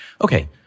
Okay